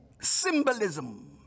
symbolism